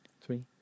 three